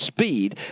speed